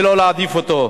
ולא להעדיף אותו.